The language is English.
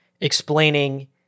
explaining